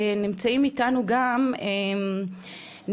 נמצאים איתנו גם נציגים,